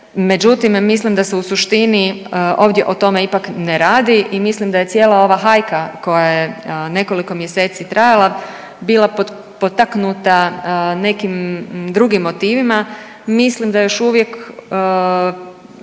međutim mislim sa se u suštini ovdje o tome ipak ne radi i mislim da je cijela ova hajka koja je nekoliko mjeseci trajala bila potaknuta nekim drugim motivima. Mislim da još uvijek